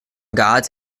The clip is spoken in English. gods